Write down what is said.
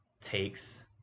Takes